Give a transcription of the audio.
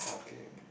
ah okay okay